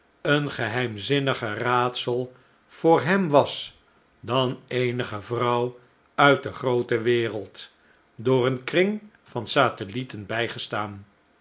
een geheimzinniger raadsel voor hem was dan eenige vrouw uit de groote wereld door een kring van satellieten bijgestaan